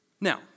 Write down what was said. Now